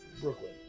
Brooklyn